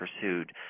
pursued